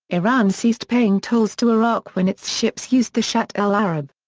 iran ceased paying tolls to iraq when its ships used the shatt al-arab.